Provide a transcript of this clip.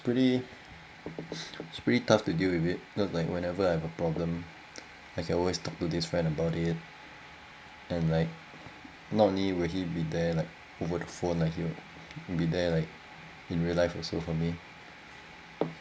pretty is very tough to deal with it just like whenever I have a problem I can always talk to this friend about it and like not only will he be there like over the phone like he'll be there like in real life also for me